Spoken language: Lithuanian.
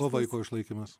o vaiko išlaikymas